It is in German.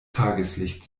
tageslicht